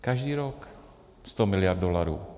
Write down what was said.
Každý rok 100 miliard dolarů.